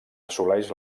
assoleix